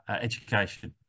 education